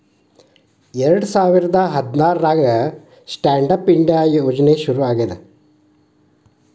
ಎರಡ ಸಾವಿರ ಹದ್ನಾರಾಗ ಸ್ಟ್ಯಾಂಡ್ ಆಪ್ ಇಂಡಿಯಾ ಶುರು ಆಗ್ಯಾದ